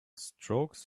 strokes